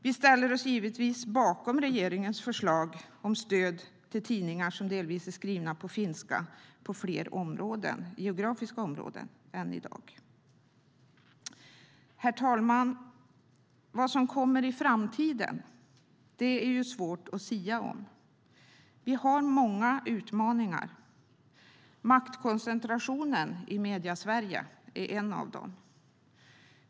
Vi ställer oss givetvis bakom regeringens förslag om stöd till tidningar som delvis är skrivna på finska inom fler geografiska områden än i dag. Herr talman! Vad som kommer i framtiden är svårt att sia om. Vi har många utmaningar. Maktkoncentrationen i Mediesverige är en av dem.